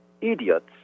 idiots